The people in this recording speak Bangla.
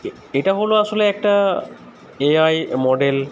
এটা হলো আসলে একটা এআই মডেল